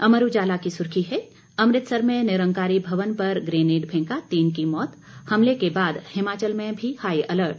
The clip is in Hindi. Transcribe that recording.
अमर उजाला की सुर्खी है अमृतसर में निरंकारी भवन पर ग्रेनेड फेंका तीन की मौत हमले के बाद हिमाचल में भी हाई अलर्ट